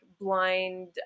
blind